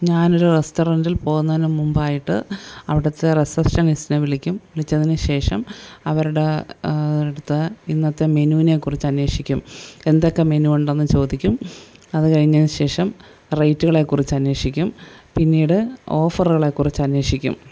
ഞാനൊരു റെസ്റ്റോറന്റിൽ പോവുന്നതിന് മുമ്പായിട്ട് അവിടുത്തെ റിസപ്ഷനിസ്റ്റിനെ വിളിക്കും വിളിച്ചതിന് ശേഷം അവരുടെ അവിടുത്തെ ഇന്നത്തെ മെനുവിനെകുറിച്ച് അന്വേഷിക്കും എന്തൊക്കെ മെനു ഉണ്ടെന്ന് ചോദിക്കും അത് കഴിഞ്ഞതിന് ശേഷം റേറ്റുകളെക്കുറിച്ച് അന്വേഷിക്കും പിന്നീട് ഓഫറുകളെക്കുറിച്ച് അന്വേഷിക്കും